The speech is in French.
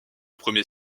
premier